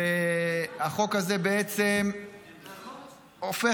החוק הזה בעצם הופך,